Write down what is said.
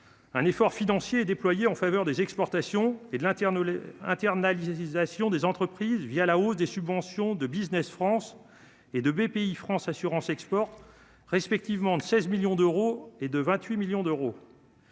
un effort financier est déployée en faveur des exportations et de l'interne, les internes Aziza Sion des entreprises via la hausse des subventions de Business France et de Bpifrance assurance export respectivement de 16 millions d'euros et de 28 millions d'euros.